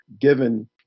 given